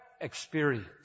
experience